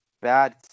bad